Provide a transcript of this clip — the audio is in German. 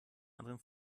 anderen